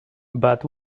but